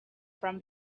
from